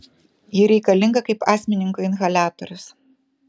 ji reikalinga kaip astmininkui inhaliatorius